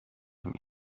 همینو